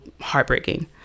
heartbreaking